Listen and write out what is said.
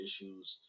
issues